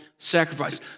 Sacrifice